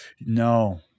no